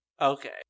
Okay